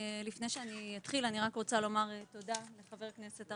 לפני שאני אתחיל אני רק רוצה לומר תודה לחבר הכנסת,